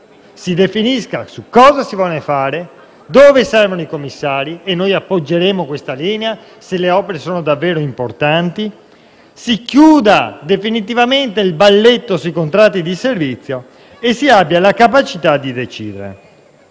si definisca cosa si vuole fare e dove servono i commissari e noi appoggeremo questa linea, se le opere sono davvero importanti. Si chiuda definitivamente il balletto sui contratti di servizio e si abbia la capacità di decidere.